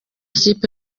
ikipe